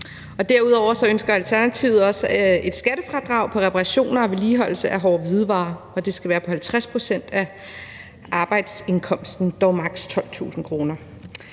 Derudover ønsker Alternativet også et skattefradrag for reparationer og vedligeholdelse af hårde hvidevarer, og det skal være på 50 pct. af arbejdsomkostningerne, dog maks. 12.000 kr.